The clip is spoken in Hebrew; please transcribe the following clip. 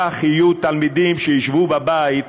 כך יהיו תלמידים שישבו בבית